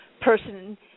person